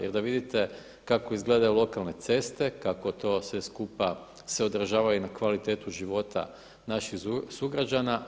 Jer da vidite kako izgledaju lokalne ceste, kako to sve skupa se odražava i na kvalitetu života naših sugrađana.